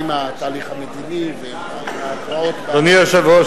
אדוני היושב-ראש,